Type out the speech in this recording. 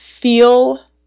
feel